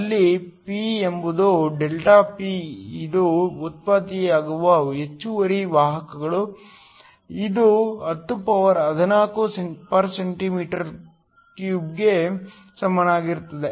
ಅಲ್ಲಿ P ಎಂಬುದು ΔP ಇದು ಉತ್ಪತ್ತಿಯಾಗುವ ಹೆಚ್ಚುವರಿ ವಾಹಕಗಳು ಇದು 1014 cm 3 ಗೆ ಸಮಾನವಾಗಿರುತ್ತದೆ